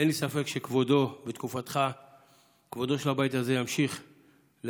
אין לי ספק שבתקופתך כבודו של הבית הזה ימשיך להוות,